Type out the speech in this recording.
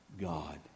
God